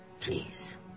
Please